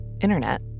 internet